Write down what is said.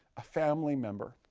a family member?